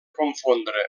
confondre